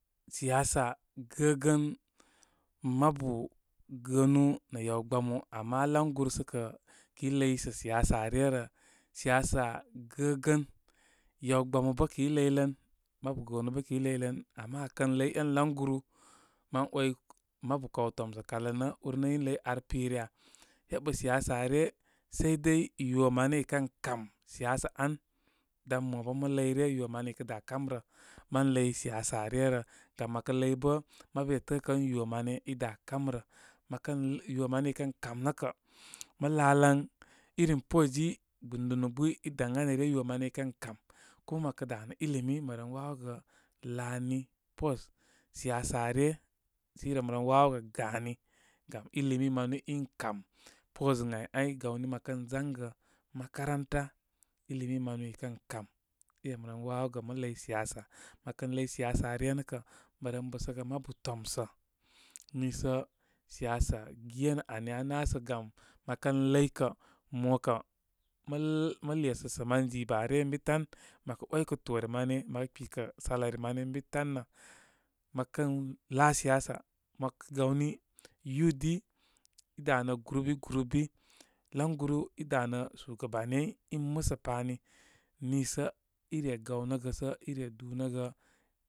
Súyasa gəgən mabu gəənu nə yaw gbamu, aina laŋguru sə kə kay ləysə siyasa re rə. Siyasa gəgən yawgbamu bə kəy ləylən. Mabu gəənu bə kəy ləy lən. Ama akən ləy en laŋguru mən ‘way mabu kaw təmsə kalə nə úr nə in ləy ar pirəya? Heɓə siyasa ryə saidai ywo mane ikən kam siyasa an dan mobə mə ləy ryə, ywo mane ikə dá kamrə, mən ləy siyasa ryə rə. Gam mə kə ləy bə mabu itəə kə ən ywo mane idá kam rə. Məkə, ywo mane ikən kam nə kə, mə laalan irim postɨzi gbɨndunu gbɨ i daŋ ani ryə ywo i kən kam, ko mə kə dá na ilimi məren wawoyə laani post siyasa ryə, sə i rem ren wawogə gani, gam ilmi manu in kam post ən áy ai. Gawni mə kən zangə makaranta ilimi manu i kən kam irem ren wawogə mə ləy siyasa. Mə kən ləy siyasa ryə, nə kə, mə ren bəsəgə mabu tomsə niisə siyasa genə ani. Aná sə gam, mə kən ləy, kə mo kə mə lə, mə lesəsə man jiba ryə ən bi tan, məkə ‘waykə toore mane, mə kə kpi kə salary mani ən bi tan nə. Mə kənlaa siyasa mo kə gawni youthdi, idá nə group bi group bi. Languru idanə shugabanai in musə pani niisə ire gawnəgə sə ire dunəgə sə ire dúnəgə.